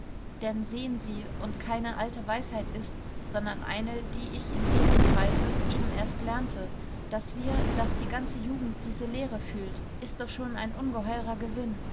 denn sehen sie und keine alte weisheit ist's sondern eine die ich in ihrem kreise eben erst lernte daß wir daß die ganze jugend diese leere fühlt ist doch schon ein ungeheurer gewinn